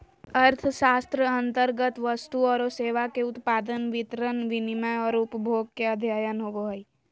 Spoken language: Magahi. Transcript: अर्थशास्त्र अन्तर्गत वस्तु औरो सेवा के उत्पादन, वितरण, विनिमय औरो उपभोग के अध्ययन होवो हइ